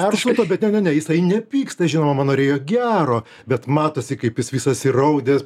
atšvaito bet ne ne jisai nepyksta žinoma mama norėjo gero bet matosi kaip jis visas įraudęs